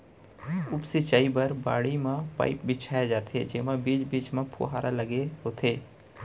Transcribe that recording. उप सिंचई बर बाड़ी म पाइप बिछाए जाथे जेमा बीच बीच म फुहारा लगे होथे